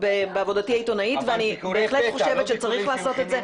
בעבודתי העיתונאית ואני חושבת שצריך לעשות את זה.